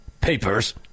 papers